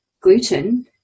gluten